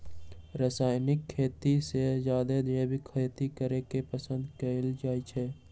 रासायनिक खेती से जादे जैविक खेती करे के पसंद कएल जाई छई